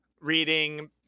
reading